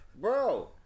Bro